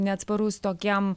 neatsparus tokiam